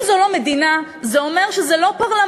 אם זאת לא מדינה, זה אומר שזה לא פרלמנט